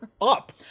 up